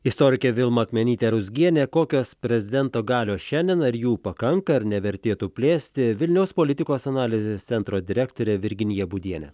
istorikė vilma akmenytė ruzgienė kokios prezidento galios šiandien ar jų pakanka ar nevertėtų plėsti vilniaus politikos analizės centro direktorė virginija būdienė